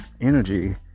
energy